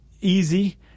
easy